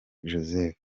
joseph